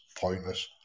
pointless